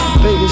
Baby